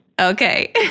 Okay